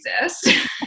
exist